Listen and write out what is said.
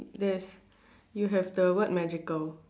there's you have the word magical